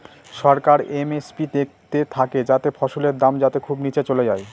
সরকার MSP দেখতে থাকে যাতে ফসলের দাম যাতে খুব নীচে চলে যায়